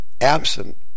absent